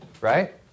right